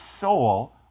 soul